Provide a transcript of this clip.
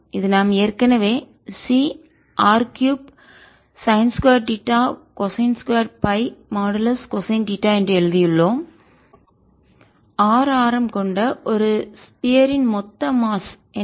இது நாம் ஏற்கனவே Cr 3 sine 2 theta cosine 2 pi modulus cosine theta என்று எழுதியுள்ளோம் R ஆரம் கொண்ட ஒரு ஸ்பியர் இன் கோளத்தின் மொத்த மாஸ் நிறை என்ன